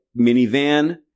minivan